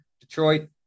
Detroit